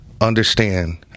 Understand